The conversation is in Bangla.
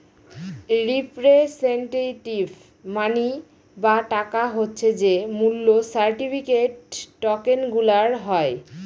রিপ্রেসেন্টেটিভ মানি বা টাকা হচ্ছে যে মূল্য সার্টিফিকেট, টকেনগুলার হয়